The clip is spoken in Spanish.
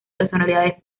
personalidades